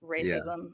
racism